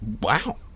Wow